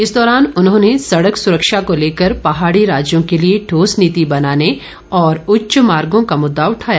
इस दौरान उन्होंने सड़क सुरक्षा को लेकर पहाड़ी राज्यों के लिए ठोस नीति बनाने और उच्च मार्गों का मुददा उठाया